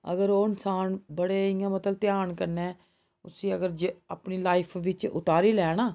अगर ओह् इन्सान बड़े इ'यां मतलब ध्यान कन्नै उसी अगर जे अपनी लाइफ बिच उतारी लै ना